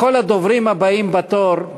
לכל הדוברים הבאים בתור,